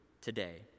today